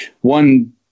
one